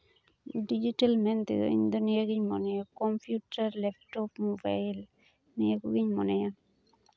digital ᱢᱮᱱᱛᱮᱫᱚ ᱤᱧᱫᱚ ᱱᱤᱭᱟᱹᱜᱤᱧ ᱢᱚᱱᱮᱭᱟ ᱠᱚᱢᱯᱤᱭᱩᱴᱟᱨ ᱞᱮᱯᱴᱚᱯ ᱢᱚᱵᱟᱭᱤᱞ ᱱᱤᱭᱟᱹ ᱠᱚᱜᱤᱧ ᱢᱚᱱᱮᱭᱟ